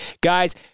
guys